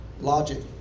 logic